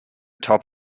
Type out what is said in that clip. top